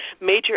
major